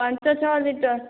ପାଞ୍ଚ ଛଅ ଲିଟର୍